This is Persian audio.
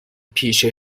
پیش